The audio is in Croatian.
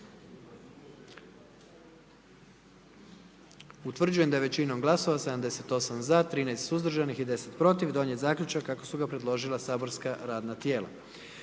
Utvrđujem da je većinom glasova, 78 za, 13 suzdržanih i 10 protiv donijet zaključak kako su predložila saborska radna tijela.